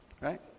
right